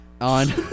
on